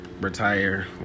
retire